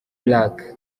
black